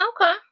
Okay